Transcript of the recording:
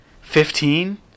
Fifteen